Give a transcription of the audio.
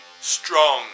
strong